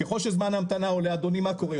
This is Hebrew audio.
ככל שזמן ההמתנה עולה, מה קורה?